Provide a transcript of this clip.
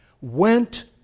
went